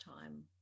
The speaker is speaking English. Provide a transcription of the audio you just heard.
time